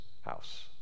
house